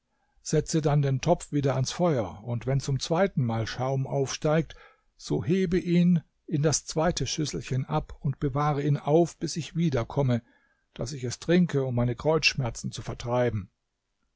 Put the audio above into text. setze dann den topf wieder ans feuer und wenn zum zweiten mal schaum aufsteigt so hebe ihn in das zweite schüsselchen ab und bewahre ihn auf bis ich wiederkomme daß ich es trinke um meine kreuzschmerzen zu vertreiben